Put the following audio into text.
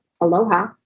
Aloha